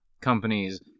companies